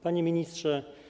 Panie Ministrze!